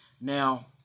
Now